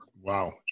Wow